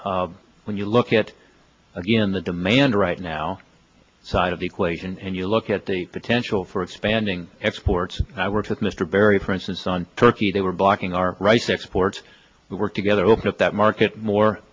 but when you look at again the demand right now side of the equation and you look at the potential for expanding exports i worked with mr barry for instance on turkey they were blocking our rights export work together open up that market more